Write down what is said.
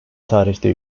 tarihte